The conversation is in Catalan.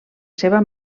seva